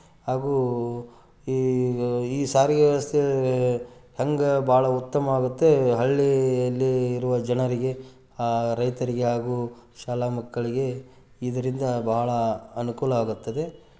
ಹಾಗೂ ಈ ಈ ಸಾರಿಗೆ ವ್ಯವಸ್ಥೆ ಹಂಗೆ ಭಾಳ ಉತ್ತಮವಾಗುತ್ತೆ ಹಳ್ಳಿಯಲ್ಲಿ ಇರುವ ಜನರಿಗೆ ಆ ರೈತರಿಗೆ ಹಾಗು ಶಾಲಾ ಮಕ್ಕಳಿಗೆ ಇದರಿಂದ ಬಹಳ ಅನುಕೂಲ ಆಗುತ್ತದೆ